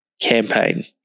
campaign